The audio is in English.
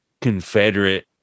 Confederate